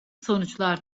sonuçlar